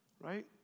Right